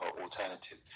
alternative